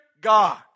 God